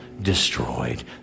destroyed